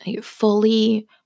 fully